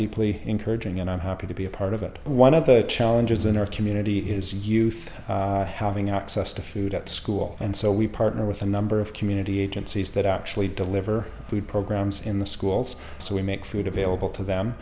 deeply encouraging and i'm happy to be a part of it one of the challenges in our community is youth having access to food at school and so we partner with a number of community agencies that actually deliver food programs in the schools so we make food available to them